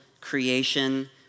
creation